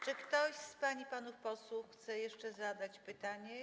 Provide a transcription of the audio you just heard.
Czy ktoś z pań i panów posłów chce jeszcze zadać pytanie?